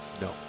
No